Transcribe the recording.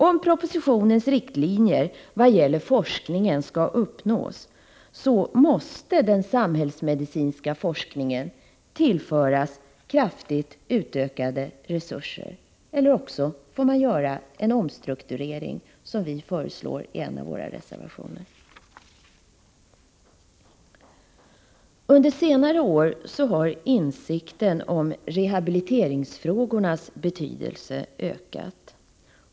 Om propositionens riktlinjer vad gäller forskningen skall uppnås måste den samhällsmedicinska forskningen tillföras kraftigt utökade resurser, eller också får man göra en omstrukturering som vi föreslår i en av våra reservationer. Under senare år har insikten om rehabiliteringsfrågornas betydelse ökat.